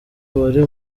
wari